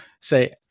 say